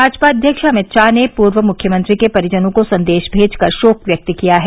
भाजपा अध्यक्ष अमित शाह ने पूर्व मुख्यमंत्री के परिजनों को संदेश भेजकर शोक व्यक्त किया है